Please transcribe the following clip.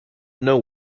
know